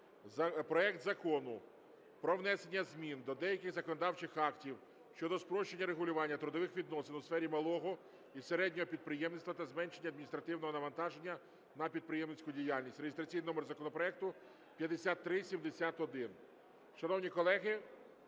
проект Закону про внесення змін до деяких законодавчих актів щодо спрощення регулювання трудових відносин у сфері малого і середнього підприємництва та зменшення адміністративного навантаження на підприємницьку діяльність (реєстраційний номер законопроекту 5371).